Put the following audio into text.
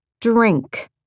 drink